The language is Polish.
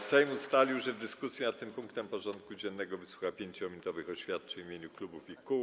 Sejm ustalił, że w dyskusji nad tym punktem porządku dziennego wysłucha 5-minutowych oświadczeń w imieniu klubów i kół.